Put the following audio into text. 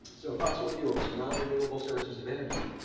so fossil fuels, nonrenewable sources of energy.